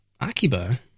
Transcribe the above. Akiba